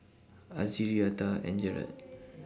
Azzie Reatha and Jarrett